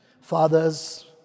Fathers